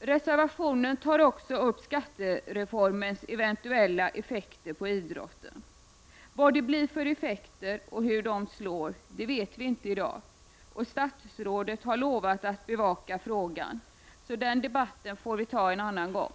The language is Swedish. Reservationen tar också upp skattereformens eventuella effekter på idrotten. Vad det blir för effekter och hur de slår vet vi inte i dag, och statsrådet har lovat att bevaka frågan. Så den debatten får vi ta en annan gång.